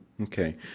Okay